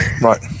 Right